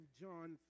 John